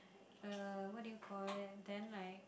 er what do you call it then like